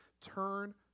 Turn